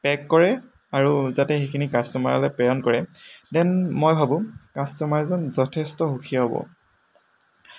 pack কৰে আৰু যাতে সেইখিনি কাষ্টমাৰলৈ প্ৰেৰণ কৰে দেন মই ভাৱোঁ কাষ্টমাৰজন যথেষ্ট সুখী হ'ব